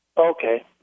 Okay